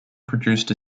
produced